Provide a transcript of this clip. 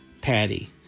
Patty